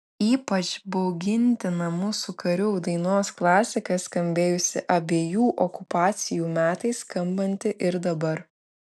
ypač baugintina mūsų karių dainos klasika skambėjusi abiejų okupacijų metais skambanti ir dabar